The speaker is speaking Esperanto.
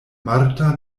marta